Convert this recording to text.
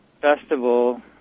festival